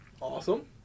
Awesome